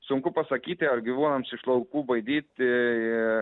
sunku pasakyti ar gyvūnams iš laukų baidyti